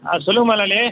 ஆ சொல்லுங்கள் முதலாளி